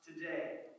today